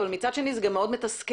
אך מצד שני זה גם מאוד מתסכל